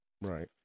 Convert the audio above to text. right